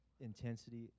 intensity